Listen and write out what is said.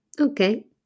okay